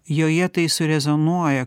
joje tai surezonuoja